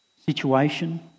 Situation